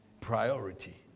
Priority